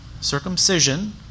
Circumcision